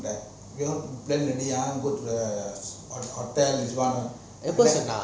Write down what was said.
எப்போ சொன்னான்:epo sonnan